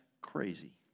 crazy